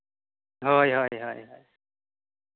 ᱦᱳᱭ ᱦᱳᱭ ᱦᱳᱭ